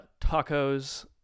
tacos